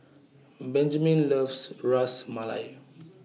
Benjamen loves Ras Malai